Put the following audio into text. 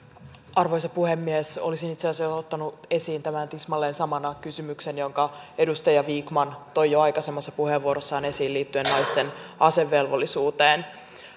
arvoisa puhemies olisin itse asiassa ottanut esiin tämän tismalleen saman kysymyksen jonka edustaja vikman toi jo aikaisemmassa puheenvuorossaan esiin liittyen naisten asevelvollisuuteen